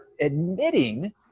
admitting